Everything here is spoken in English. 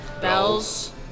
Bells